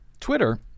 Twitter